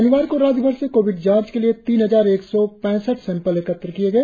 शनिवार को राज्यभर से कोविड जांच के लिए तीन हजार एक सौ पैसठ सैंपल एकत्र किए गए